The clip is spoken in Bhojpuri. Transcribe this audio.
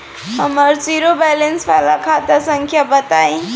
हमर जीरो बैलेंस वाला खाता संख्या बताई?